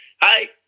Hi